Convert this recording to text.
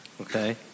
Okay